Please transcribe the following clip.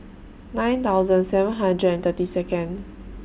nine thousand seven hundred and thirty Second